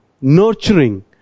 nurturing